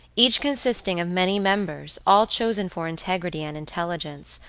each consisting of many members, all chosen for integrity and intelligence,